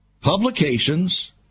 Publications